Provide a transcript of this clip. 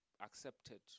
accepted